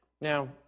Now